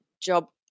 job